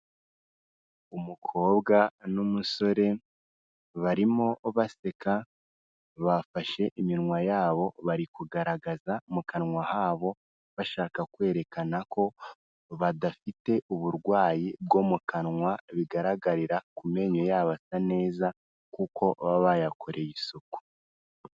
Umukobwa n'umusore barimo baseka bafashe iminwa yabo bari kugaragaza mu kanwa habo, bashaka kwerekana ko badafite uburwayi bwo mu kanwa bigaragarira ku menyo yabo asa neza kuko baba bayakoreye isuku.